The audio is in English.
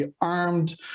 armed